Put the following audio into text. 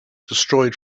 destroyed